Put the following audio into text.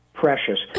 precious